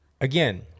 Again